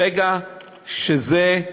ברגע שכל